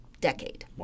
decade